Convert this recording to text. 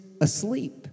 asleep